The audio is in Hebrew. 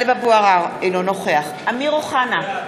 אינו נוכח טלב אבו עראר,